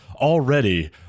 Already